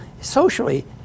socially